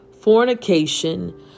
fornication